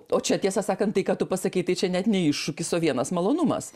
o čia tiesą sakant tai ką tu pasakei tai čia net ne iššūkis o vienas malonumas